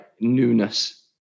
newness